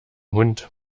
hund